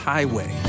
Highway